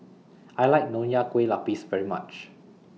I like Nonya Kueh Lapis very much